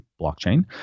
blockchain